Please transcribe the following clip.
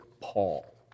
Paul